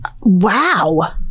Wow